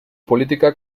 política